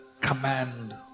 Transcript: command